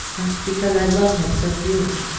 but because i love him so dearly.